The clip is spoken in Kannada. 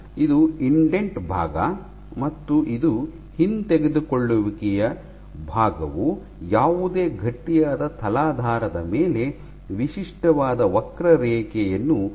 ಆದ್ದರಿಂದ ಇದು ಇಂಡೆಂಟ್ ಭಾಗ ಮತ್ತು ಇದು ಹಿಂತೆಗೆದುಕೊಳ್ಳುವಿಕೆಯ ಭಾಗವು ಯಾವುದೇ ಗಟ್ಟಿಯಾದ ತಲಾಧಾರದ ಮೇಲೆ ವಿಶಿಷ್ಟವಾದ ವಕ್ರರೇಖೆಯನ್ನು ಅರ್ಥೈಸುತ್ತದೆ